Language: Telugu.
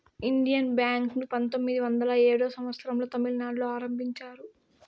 ఇండియన్ బ్యాంక్ ను పంతొమ్మిది వందల ఏడో సంవచ్చరం లో తమిళనాడులో ఆరంభించారు